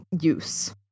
use